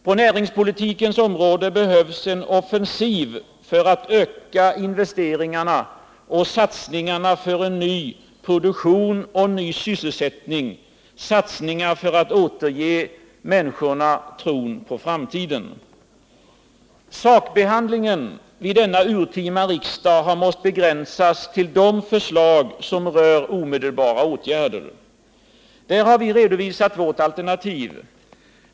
På näringslivets område behövs en offensiv för att öka investeringarna och satsningarna på en ny produktion och en ny sysselsättning, satsningar för att återge människorna tron på framtiden. Sakbehandlingen vid denna urtima riksdag har måst begränsas till de förslag som rör omedelbara åtgärder. Där har vi redovisat vårt alternativ.